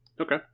Okay